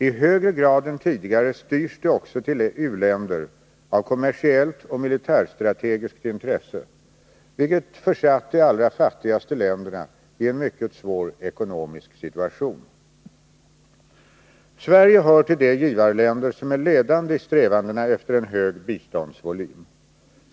I högre grad än tidigare styrs det också till u-länder av kommersiellt och militärstrategiskt intresse, vilket försatt de allra fattigaste länderna i en mycket svår ekonomisk situation. Sverige hör till de givarländer som är ledande i strävandena efter en hög biståndsvolym.